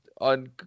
on